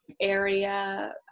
area